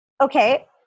okay